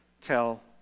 tell